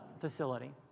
facility